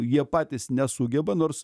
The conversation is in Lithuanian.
jie patys nesugeba nors